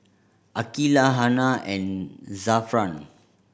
Aqeelah Hana and Zafran